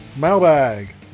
mailbag